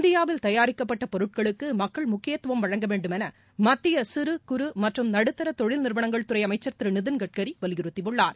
இந்தியாவில் தயாரிக்கப்பட்ட பொருட்களுக்கு மக்கள் முக்கியத்துவம் வழங்வேண்டும் என மத்திய சிறுகுறு மற்றும் நடுத்தர தொழில் நிறுவனங்கள் துறை அமைச்சர் திரு நிதின் கட்கரி வலியுறுத்தியுள்ளார்